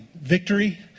victory